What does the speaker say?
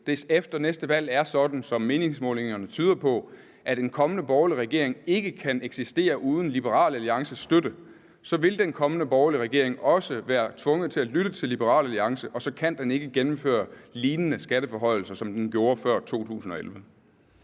det efter næste valg bliver sådan, som meningsmålingerne tyder på, nemlig at en kommende borgerlig regering ikke kan eksistere uden Liberal Alliances støtte, så vil den kommende borgerlige regering være tvunget til også at lytte til Liberal Alliance, og så kan den ikke gennemføre lignende skatteforhøjelser, som man gjorde før 2011.